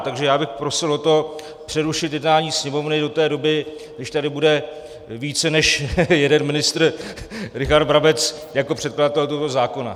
Takže bych prosil o to přerušit jednání Sněmovny do té doby, než tady bude více než jeden ministr Richard Brabec jako předkladatel toho zákona.